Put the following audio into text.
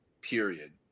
period